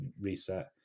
reset